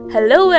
Hello